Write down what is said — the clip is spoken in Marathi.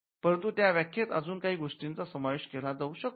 परंतु त्या व्याख्येत अजून काही गोष्टींचा समावेश केला जाऊ शकतो